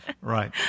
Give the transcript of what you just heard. right